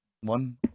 one